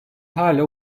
hala